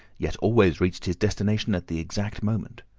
yet always reached his destination at the exact moment.